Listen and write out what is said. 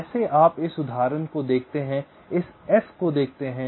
जैसे आप इस उदाहरण को देखते हैं इस s को देखते हैं